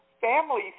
family